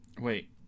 wait